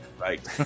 Right